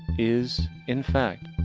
is, in fact,